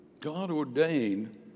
God-ordained